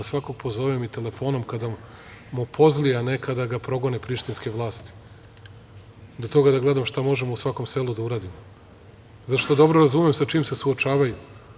Svakog pozovem i telefonom kada mu pozli, a ne kada ga progone prištinske vlasti, do toga da gledam šta možemo u svakom selu da uradimo zato što dobro razumem sa čim se suočavaju.